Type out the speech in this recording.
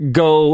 go